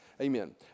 Amen